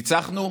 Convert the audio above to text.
ניצחנו?